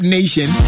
Nation